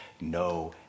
no